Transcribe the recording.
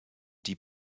die